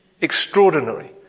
Extraordinary